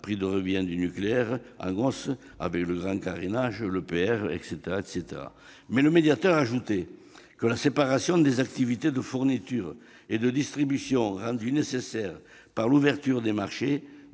prix de revient du nucléaire en hausse du fait du grand carénage et de la construction de l'EPR, etc. Mais le médiateur ajoutait que la séparation des activités de fourniture et de distribution, rendue nécessaire par l'ouverture des marchés,